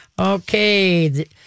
Okay